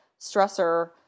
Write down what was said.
stressor